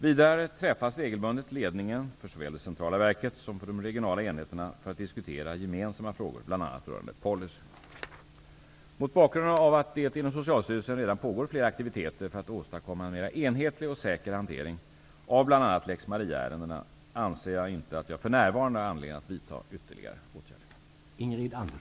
Vidare träffas regelbundet ledningen för såväl det centrala verket som för de regionala enheterna för att diskutera gemensamma frågor bl.a. rörande policy. Mot bakgrund av att det inom Socialstyrelsen redan pågår flera aktiviteter för att åstadkomma en mera enhetlig och säker hantering av bl.a. lex Mariaärenden anser jag inte att jag för närvarande har anledning att vidta ytterligare åtgärder.